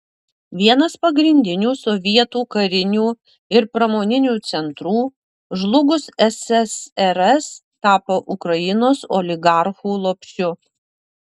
vienas pagrindinių sovietų karinių ir pramoninių centrų žlugus ssrs tapo ukrainos oligarchų lopšiu